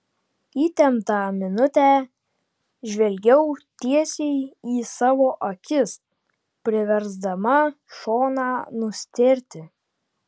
įtemptą minutę žvelgiau tiesiai į savo akis priversdama šoną nustėrti